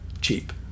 cheap